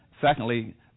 secondly